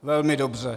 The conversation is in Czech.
Velmi dobře.